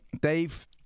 Dave